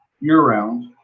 year-round